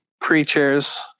creatures